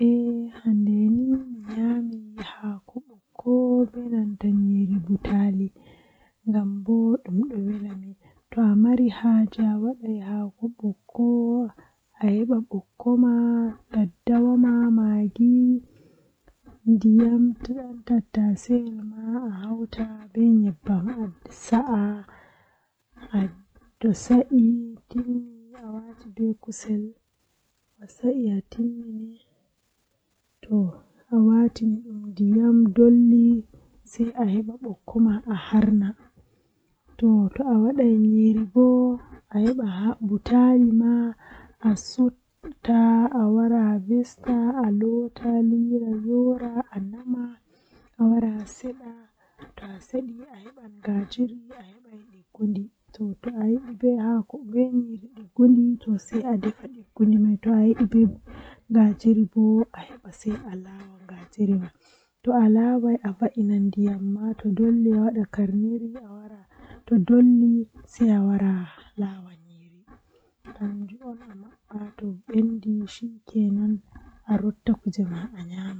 Nikkinami mi jaba ceede dow awaddina am saahu feere ngam ceede do to awaddani am mi wawan mi naftira be ceede man mi sooda ko mi mari haaje malla mi sooda ko ayidi waddungo am man amma do awaddani am hunde feere doole mi naftira be man ko miyidi ko mi yida